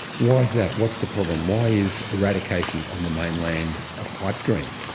why is that, what's the problem? why is eradication on the mainland a pipedream?